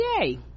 yay